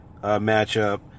matchup